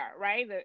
right